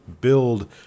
build